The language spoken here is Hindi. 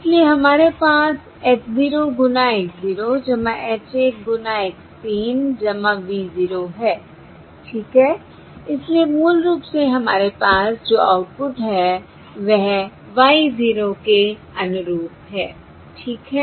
इसलिए हमारे पास h 0 गुना x 0 h 1 गुना x 3 v 0 है ठीक है इसलिए मूल रूप से हमारे पास जो आउटपुट है वह y 0 के अनुरूप है ठीक है